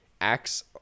acts